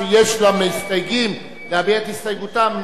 הבעיה שיש כאן אלפים על אלפים של מהגרי עבודה שתופסים טרמפ על הפליטים.